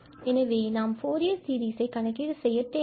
எனவே நாம் Fourier series கணக்கீடு செய்ய தேவை இல்லை